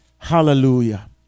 hallelujah